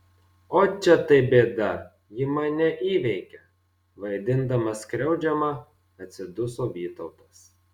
ot čia tai bėda ji mane įveikia vaidindamas skriaudžiamą atsiduso vytautas